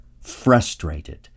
frustrated